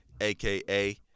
aka